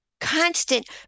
constant